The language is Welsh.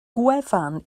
gwefan